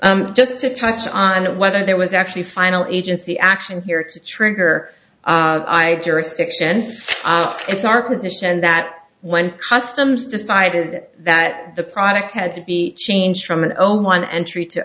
just to touch on whether there was actually finally agency action here to trigger stiction it's our position that when customs decided that the product had to be changed from an o on entry to